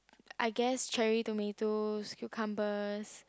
I guess cherry tomatoes cucumbers